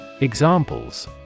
Examples